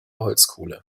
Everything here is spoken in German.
holzkohle